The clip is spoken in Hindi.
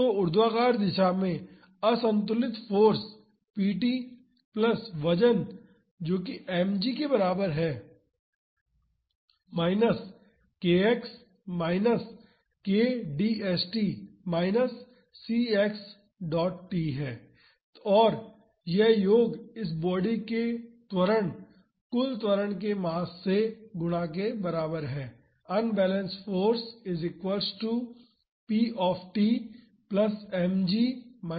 तो ऊर्ध्वाधर दिशा में असंतुलित फाॅर्स p प्लस वजन जो कि mg के बराबर है minus kx minus kdst minus cxt है और यह योग इस बॉडी के त्वरण कुल त्वरण के मास से गुणा के बराबर है